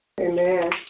Amen